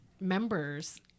members